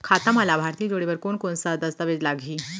खाता म लाभार्थी जोड़े बर कोन कोन स दस्तावेज लागही?